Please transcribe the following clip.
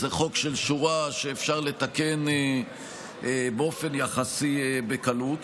איזה חוק של שורה שאפשר לתקן באופן יחסי בקלות.